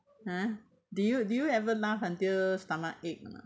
ha did you did you ever laugh until stomachache